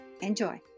Enjoy